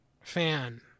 fan